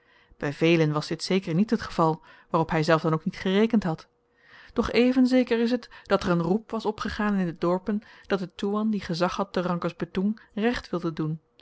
by velen was dit zeker niet het geval waarop hyzelf dan ook niet gerekend had doch even zeker is t dat er een roep was opgegaan in de dorpen dat de toewan die gezag had te rangkas betoeng recht wilde doen